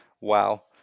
Wow